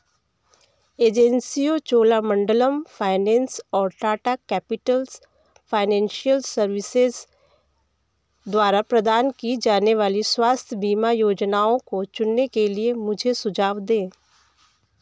एजेंसियों चोलामंडलम फाइनेंस और Tata capitals financial services द्वारा प्रदान की जाने वाली स्वास्थ्य बीमा योजनाओं को चुनने के लिए मुझे सुझाव दें